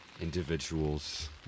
individuals